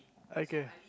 I care